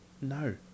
No